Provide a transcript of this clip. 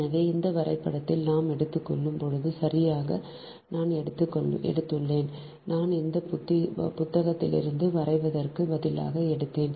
எனவே இந்த வரைபடத்தில் நாம் எடுத்துக்கொள்ளும் போது சிறியதாக நான் எடுத்துள்ளேன் நான் ஒரு புத்தகத்திலிருந்து வரைவதற்கு பதிலாக எடுத்தேன்